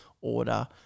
order